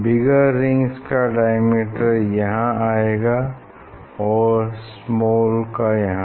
bigger rings का diameter यहाँ आएगा और स्माल का यहाँ